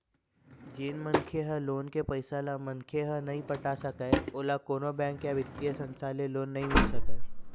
जेन मनखे ह लोन के पइसा ल मनखे ह नइ पटा सकय ओला कोनो बेंक या बित्तीय संस्था ले लोन नइ मिल सकय